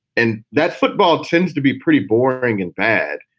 and that football tends to be pretty boring and bad.